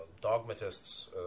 dogmatists